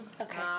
Okay